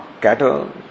cattle